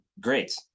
great